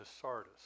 Sardis